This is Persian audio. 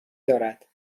دارد